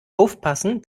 aufpassen